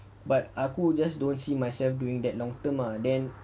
but aku just don't see myself doing that long term ah